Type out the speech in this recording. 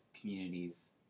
communities